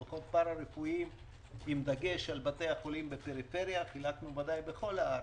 עובדים פארא-רפואיים עם דגש על בתי החולים בפריפריה ובוודאי בכל הארץ.